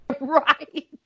Right